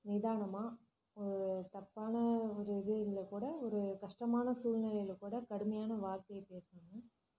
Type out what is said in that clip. நிதானமாக ஒரு தப்பான ஒரு இது இருந்தால் கூட ஒரு கஷ்டமான சூழ்நிலையில் கூட கடுமையான வார்த்தையை பேச